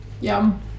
Yum